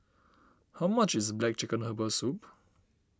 how much is Black Chicken Herbal Soup